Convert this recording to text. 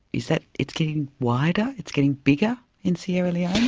is that, it's getting wider, it's getting bigger in sierra leone?